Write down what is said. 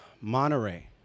Monterey